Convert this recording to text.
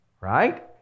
right